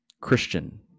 Christian